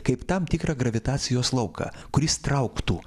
kaip tam tikrą gravitacijos lauką kuris trauktų